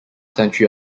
century